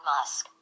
Musk